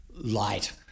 light